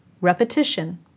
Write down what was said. repetition